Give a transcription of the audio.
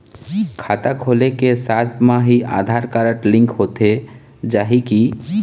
खाता खोले के साथ म ही आधार कारड लिंक होथे जाही की?